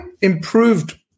improved